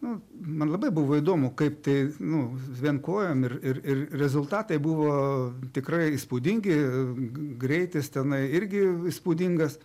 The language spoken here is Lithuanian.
nu man labai buvo įdomu kaip tai nu vien kojom ir ir ir rezultatai buvo tikrai įspūdingi greitis tenai irgi įspūdingas